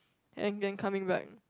and then coming back